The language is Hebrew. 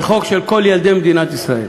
זה חוק של כל ילדי מדינת ישראל.